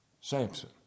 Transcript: Samson